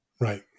Right